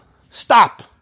stop